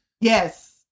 Yes